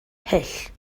hyll